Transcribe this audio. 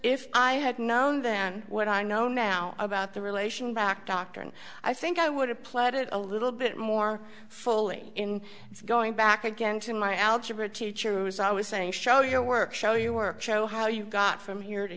if i had known then what i know now about the relation back doctor and i think i would have played it a little bit more fully in going back again to my algebra teacher was always saying show your work show your work show how you got from here to